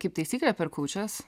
kaip taisyklė per kūčias